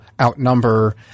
outnumber